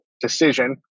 decision